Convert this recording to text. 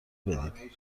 بدید